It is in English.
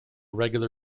regular